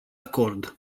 acord